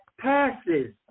passes